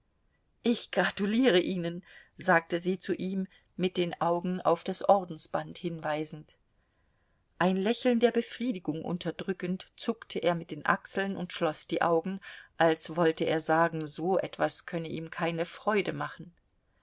ich gratuliere ihnen sagte sie zu ihm mit den augen auf das ordensband hinweisend ein lächeln der befriedigung unterdrückend zuckte er mit den achseln und schloß die augen als wollte er sagen so etwas könne ihm keine freude machen